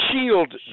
shield